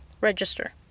register